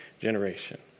generation